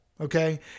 Okay